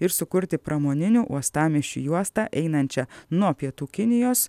ir sukurti pramoninių uostamiesčių juostą einančią nuo pietų kinijos